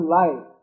life